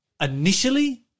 initially